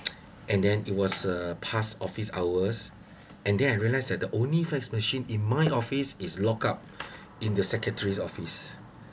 and then it was uh past office hours and then I realize that the only fax machine in my office is locked up in the secretary's office